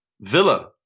Villa